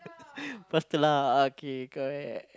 faster lah okay correct